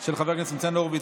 של חבר הכנסת ניצן הורוביץ,